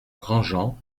grandjean